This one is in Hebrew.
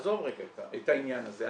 עזוב רגע את העניין הזה.